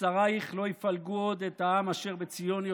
ששרייך לא יפלגו עוד את העם אשר בציון יושב,